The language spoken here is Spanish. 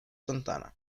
santana